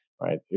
right